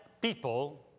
people